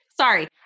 sorry